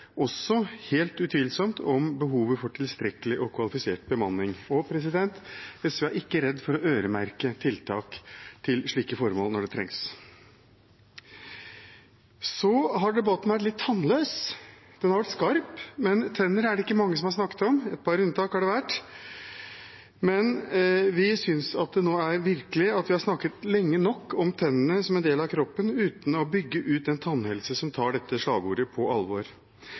også helt utvilsomt om behovet for tilstrekkelig og kvalifisert bemanning, og SV er ikke redd for å øremerke tiltak til slike formål når det trengs. Debatten har vært litt tannløs. Den har vært skarp, men tenner er det ikke mange som har snakket om, et par unntak har det vært. Vi synes vi har snakket lenge nok om tennene som en del av kroppen – uten å bygge ut en tannhelse som tar dette slagordet på alvor.